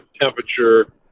temperature